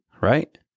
right